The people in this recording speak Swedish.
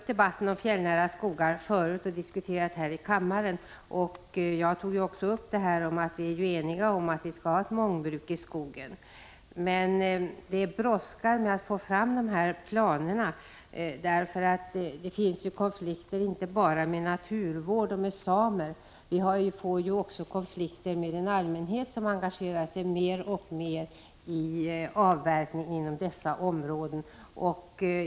De fjällnära skogarna har tidigare diskuterats i kammaren. Jag har sagt att vi är ense om att ha ett mångbruk i skogen. Men det brådskar att få fram Prot. 1985/86:118 planerna. Vi har konflikter inte bara med naturvårdsintressen och samer, 16 april 1986 utan vi hamnar också i konflikt med den allmänhet som mer och mer :? é Jordbruks - engagerar sig i avverkningen inom dessa områden.